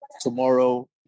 tomorrow